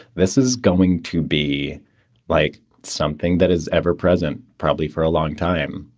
this is going to be like something that is ever present, probably for a long time.